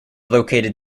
located